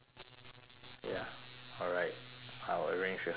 ya alright I will arrange with her then